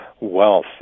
wealth